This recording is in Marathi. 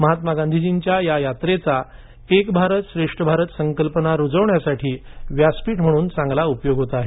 महात्मा गांधीजींच्या या यात्रेचा एक भारत श्रेष्ठ भारत संकल्पना रुजवण्यासाठी व्यासपीठ म्हणून चांगला उपयोग होत आहे